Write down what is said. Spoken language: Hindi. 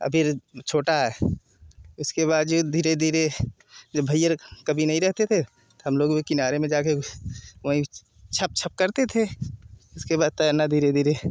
अभी छोटा है उसके बाद जो धी धीरे जब भैया कभी नहीं रहते थे हम लोग किनारे में जा कर वही छप छप करते थे उसके बाद तैरना धीरे धीरे